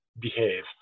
behave